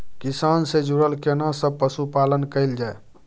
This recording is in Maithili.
किसान से जुरल केना सब पशुपालन कैल जाय?